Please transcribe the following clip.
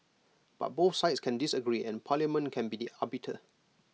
but both sides can disagree and parliament can be the arbiter